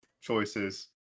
choices